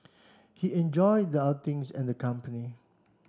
he enjoyed the outings and the company